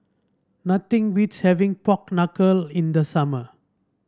nothing beats having Pork Knuckle in the summer